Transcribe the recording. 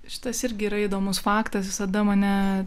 šitas irgi yra įdomus faktas visada mane